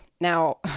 Now